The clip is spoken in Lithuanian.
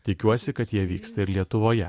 tikiuosi kad jie vyksta ir lietuvoje